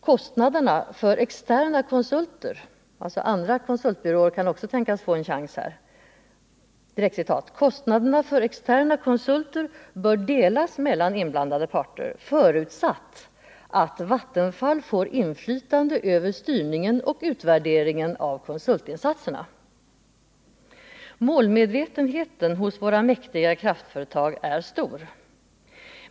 ——- Kostnaderna för externa konsulter — andra konsultbyråer kan alltså tänkas få en chans — bör delas mellan inblandade parter, förutsatt att Vattenfall får inflytande över styrningen och utvärderingen av konsultinsatserna”. Målmedvetenheten hos våra mäktiga kraftföretag är stor.